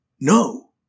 No